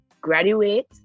graduate